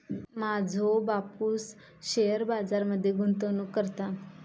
माझो बापूस शेअर बाजार मध्ये गुंतवणूक करता